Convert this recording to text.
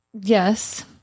yes